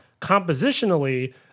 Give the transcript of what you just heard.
Compositionally